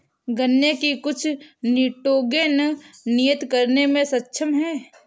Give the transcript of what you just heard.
गन्ने की कुछ निटोगेन नियतन करने में सक्षम है